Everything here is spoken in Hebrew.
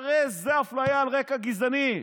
הרי זו אפליה על רקע גזעני.